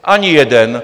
Ani jeden.